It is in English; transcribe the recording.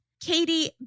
Katie